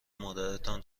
مادرتان